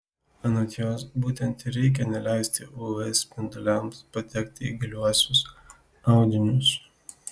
anot jos būtent ir reikia neleisti uv spinduliams patekti į giliuosius audinius